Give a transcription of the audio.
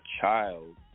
child